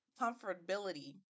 comfortability